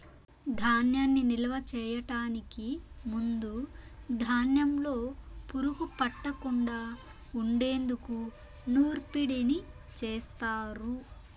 ధాన్యాన్ని నిలువ చేయటానికి ముందు ధాన్యంలో పురుగు పట్టకుండా ఉండేందుకు నూర్పిడిని చేస్తారు